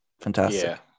fantastic